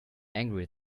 angry